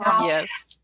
Yes